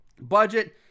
Budget